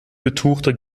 betuchte